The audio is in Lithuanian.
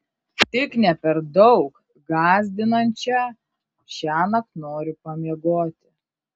tik ne per daug gąsdinančią šiąnakt noriu pamiegoti